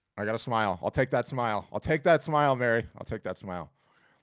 i got a smile. i'll take that smile. i'll take that smile, mary. i'll take that smile.